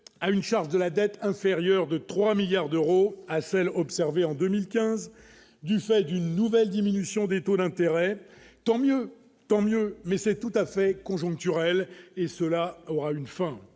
à une charge de la dette inférieure de 3 milliards d'euros à celle observée en 2015, du fait d'une nouvelle diminution des taux d'intérêt, tant mieux, tant mieux, mais c'est tout-à-fait conjoncturelle et cela aura une fin,